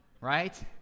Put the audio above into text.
Right